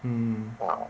mm